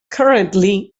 currently